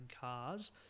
cars